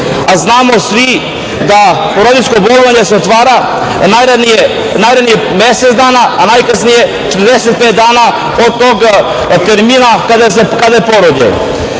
a znamo svi da porodiljsko bolovanje se otvara najranije mesec dana, a najkasnije 45 dana od tog termina kada je